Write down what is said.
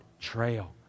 trail